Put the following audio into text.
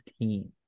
team